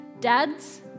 Dads